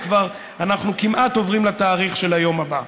אנחנו כמעט עוברים לתאריך של היום הבא.